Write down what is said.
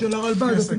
כן.